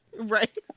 right